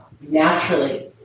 Naturally